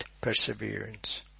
perseverance